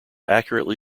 accurately